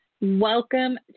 Welcome